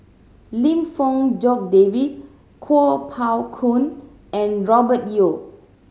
Lim Fong Jock David Kuo Pao Kun and Robert Yeo